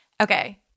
Okay